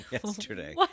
Yesterday